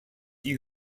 die